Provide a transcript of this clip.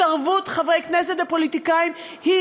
התערבות חברי הכנסת ופוליטיקאים היא